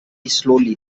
slowly